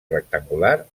rectangular